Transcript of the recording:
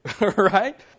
Right